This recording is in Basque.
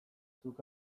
zuk